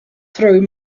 through